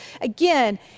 again